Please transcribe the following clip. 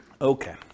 okay